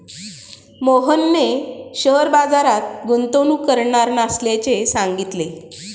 मोहनने शेअर बाजारात गुंतवणूक करणार नसल्याचे सांगितले